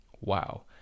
wow